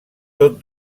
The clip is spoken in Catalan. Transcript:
tot